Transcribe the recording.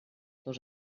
dos